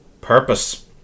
purpose